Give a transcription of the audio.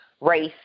race